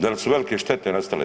Dal su velike štete nastale?